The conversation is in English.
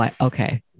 okay